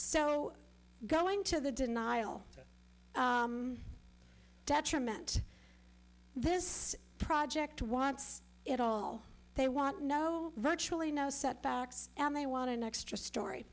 so going to the denial detriment this project wants it all they want no virtually no set backs and they want an extra story